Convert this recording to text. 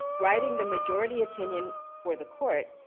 writing the majority opinion for the court,